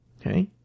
okay